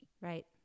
right